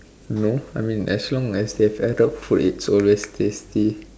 no I mean as long as it's Arab food it's always tasty